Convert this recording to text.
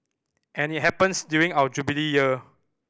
and it happens during our Jubilee Year